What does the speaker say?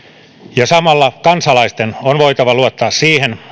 ja samalla kansalaisten on voitava luottaa siihen